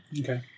Okay